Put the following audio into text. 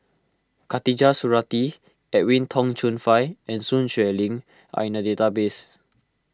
Khatijah Surattee Edwin Tong Chun Fai and Sun Xueling are in the database